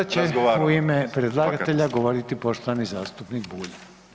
Sada će u ime predlagatelja govoriti poštovani zastupnik Bulj.